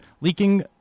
Leaking